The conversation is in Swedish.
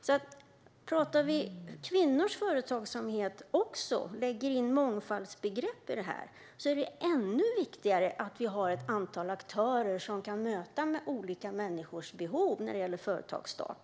Talar vi också om kvinnors företagsamhet och lägger in mångfaldsbegrepp i det här är det ännu viktigare att vi har ett antal aktörer som kan möta olika människors behov när det gäller företagsstart.